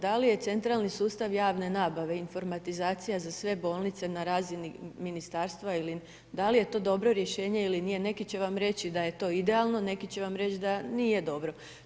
Da li je centralni sustav javne nabave, informatizacija za sve bolnice na razini Ministarstva ili da li je to dobro rješenje ili nije, neki će vam reći da je to idealno, neki će vam reći da nije dobro.